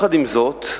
זאת,